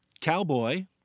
cowboy